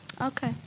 Okay